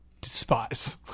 despise